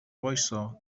وایستا